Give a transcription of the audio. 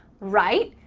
right?